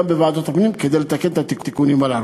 בוועדת הפנים כדי לתקן את התיקונים הללו.